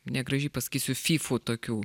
negražiai pasakysiu fyfų tokių